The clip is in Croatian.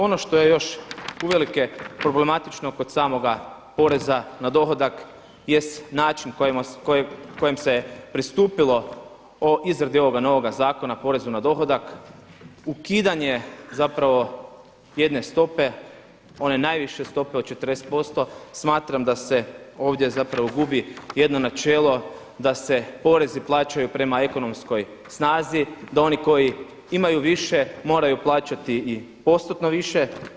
Ono što je još uvelike problematično kod samoga poreza na dohodak jest način kojem se pristupilo izradi ovog novog Zakona o porezu na dohodak, ukidanje jedne stope one najviše stope od 40% smatram da se ovdje gubi jedno načelo da se porezi plaćaju prema ekonomskoj snazi, da oni koji imaju više moraju plaćati i postotno više.